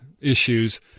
issues